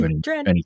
Dread